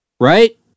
right